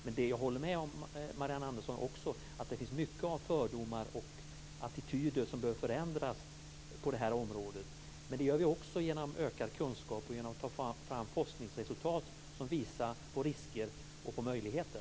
Men jag håller med om att det finns många attityder och fördomar som behöver förändras på det här området, och det gör man också genom ökad kunskap och genom att ta fram forskningsresultat som visar på risker och på möjligheter.